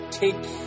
take